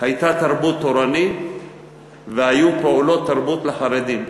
הייתה תרבות תורנית והיו פעולות תרבות לחרדים,